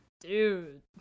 Dude